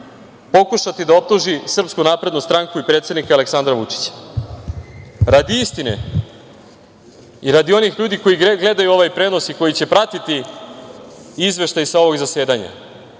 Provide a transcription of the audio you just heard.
pokušati da optuži Srpsku naprednu stranku i predsednika Aleksandra Vučića. Radi istine i radi onih ljudi koji gledaju ovaj prenos i koji će pratiti izveštaj sa ovog zasedanja,